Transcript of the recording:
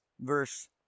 Verse